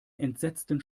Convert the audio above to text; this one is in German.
entsetzten